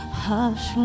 hush